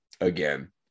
Again